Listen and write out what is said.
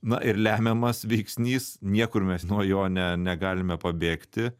na ir lemiamas veiksnys niekur mes nuo jo ne negalime pabėgti